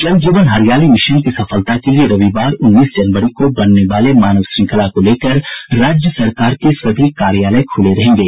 जल जीवन हरियाली मिशन की सफलता के लिए रविवारउन्नीस जनवरी को बनने वाले मानव श्रृंखला को लेकर राज्य सरकार के सभी कार्यालय खुले रहेंगे